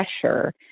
pressure